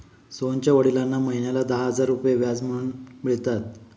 सोहनच्या वडिलांना महिन्याला दहा हजार रुपये व्याज म्हणून मिळतात